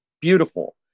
Beautiful